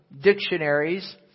dictionaries